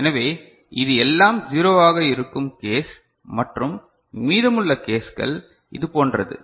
எனவே இது எல்லாம் ௦வாக இருக்கும் கேஸ் மற்றும் மீதமுள்ள கேஸ்கள் இது போன்றது